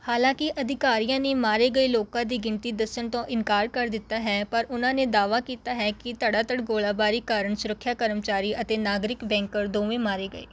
ਹਾਲਾਂਕਿ ਅਧਿਕਾਰੀਆਂ ਨੇ ਮਾਰੇ ਗਏ ਲੋਕਾਂ ਦੀ ਗਿਣਤੀ ਦੱਸਣ ਤੋਂ ਇਨਕਾਰ ਕਰ ਦਿੱਤਾ ਹੈ ਪਰ ਉਨ੍ਹਾਂ ਨੇ ਦਾਅਵਾ ਕੀਤਾ ਹੈ ਕਿ ਧੜਾਧੜ ਗੋਲਾਬਾਰੀ ਕਾਰਨ ਸੁਰੱਖਿਆ ਕਰਮਚਾਰੀ ਅਤੇ ਨਾਗਰਿਕ ਬੈਂਕਰ ਦੋਵੇਂ ਮਾਰੇ ਗਏ